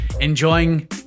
enjoying